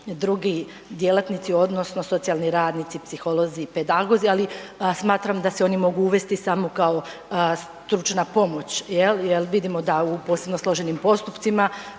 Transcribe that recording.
drugi djelatnici odnosno socijalni radnici, psiholozi i pedagozi, ali smatram da se oni mogu uvesti samo kao stručna pomoć jel, jer vidimo da u posebno složenim postupcima